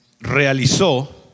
realizó